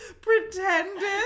Pretended